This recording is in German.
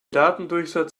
datendurchsatz